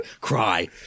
Cry